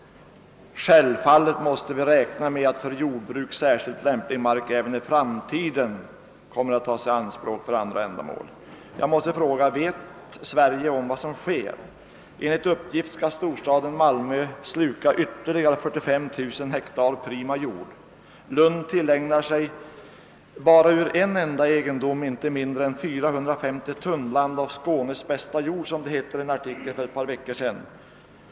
Det står ordagrant i svaret: »Självfallet måste vi räkna med att för jordbruk särskilt lämplig mark även i framtiden i viss utsträckning kommer att tas i anspråk för andra ändamål än livsmedelsproduktion.» Jag undrar om man här i landet verkligen vet om vad som sker. Enligt uppgift skall storstaden Malmö sluka ytterligare 45 000 hektar prima jord, och Lund lägger sig till med 450 tunnland av Skånes bästa jord bara ur en enda egendom, har det sagts i en tidnings artikel för ett par veckor sedan.